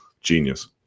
genius